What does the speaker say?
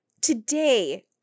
today